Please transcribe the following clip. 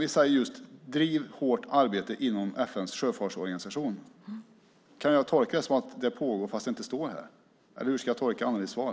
Vi säger just: Driv hårt arbete inom FN:s sjöfartsorganisation! Kan jag tolka det som att det pågår fast det inte står i betänkandet? Eller hur ska jag tolka Annelies svar?